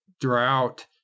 drought